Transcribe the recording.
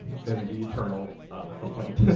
and the eternal complaint.